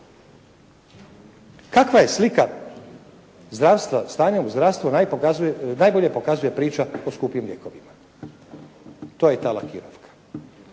Kakva je slika zdravstvenog stanja u zdravstvu najbolje pokazuje priča o skupim lijekovima, to je ta lakirovka.